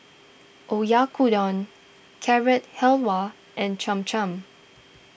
Oyakodon Carrot Halwa and Cham Cham